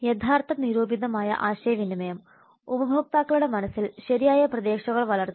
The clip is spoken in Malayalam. യഥാർത്ഥനിരൂപിതമായ ആശയവിനിമയം ഉപഭോക്താക്കളുടെ മനസ്സിൽ ശരിയായ പ്രതീക്ഷകൾ വളർത്തുന്നു